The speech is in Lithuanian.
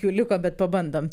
jų liko bet pabandom